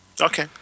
Okay